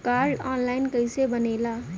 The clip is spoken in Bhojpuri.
कार्ड ऑन लाइन कइसे बनेला?